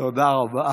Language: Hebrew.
תודה רבה,